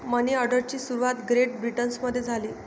मनी ऑर्डरची सुरुवात ग्रेट ब्रिटनमध्ये झाली